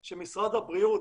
דברו עם הציבור,